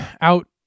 out